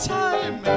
time